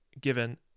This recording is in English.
given